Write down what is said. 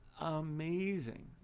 amazing